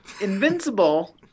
Invincible